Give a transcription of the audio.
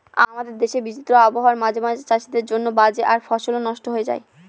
আমাদের দেশের বিচিত্র আবহাওয়া মাঝে মাঝে চাষীদের জন্য বাজে আর ফসলও নস্ট হয়ে যায়